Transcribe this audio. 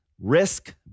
risk